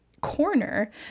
corner